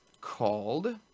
called